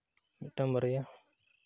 ᱢᱤᱫᱴᱟᱱ ᱵᱟᱨᱭᱟ